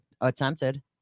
attempted